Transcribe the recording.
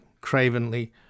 cravenly